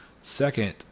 second